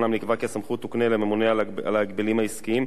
אומנם נקבע כי הסמכות תוקנה לממונה על ההגבלים העסקיים,